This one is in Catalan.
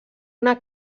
una